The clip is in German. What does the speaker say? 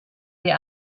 die